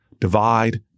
divide